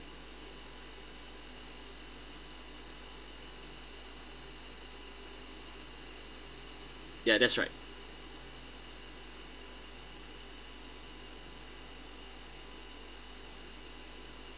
ya that's right